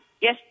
Yes